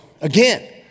Again